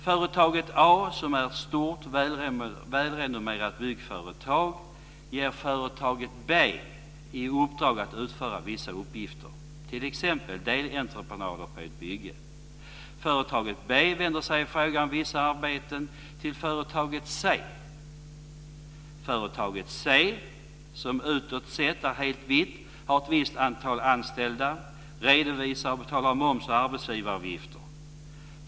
Företaget A, som är ett stort, välrenommerat byggföretag, ger företaget B i uppdrag att utföra vissa uppgifter, t.ex. delentreprenader på ett bygge. Företaget B vänder sig i fråga om vissa arbeten till företaget C. Företaget C, som utåt sett är helt vitt, har ett visst antal anställda, redovisar och betalar moms och arbetsgivaravgifter.